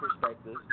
perspective